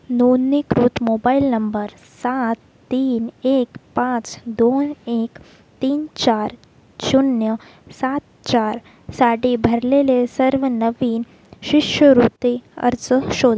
नोंदणीकृत mobile number सात तीन एक पाच दोन एक तीन चार शून्य सात चारसाठी भरलेले सर्व नवीन शिष्यवृत्ती अर्ज शोध